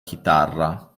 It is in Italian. chitarra